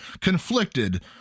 conflicted